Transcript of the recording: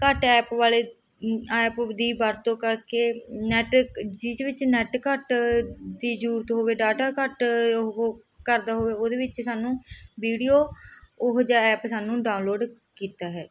ਘੱਟ ਐਪ ਵਾਲੇ ਐਪ ਦੀ ਵਰਤੋਂ ਕਰਕੇ ਨੈਟ ਜਿਹਦੇ ਵਿੱਚ ਨੈੱਟ ਘੱਟ ਦੀ ਜ਼ਰੂਰਤ ਹੋਵੇ ਡਾਟਾ ਘੱਟ ਉਹ ਕਰਦਾ ਹੋਵੇ ਉਹਦੇ ਵਿੱਚ ਸਾਨੂੰ ਵੀਡੀਓ ਉਹੋ ਜਿਹਾ ਐਪ ਸਾਨੂੰ ਡਾਊਨਲੋਡ ਕੀਤਾ ਹੈ